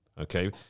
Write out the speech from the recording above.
okay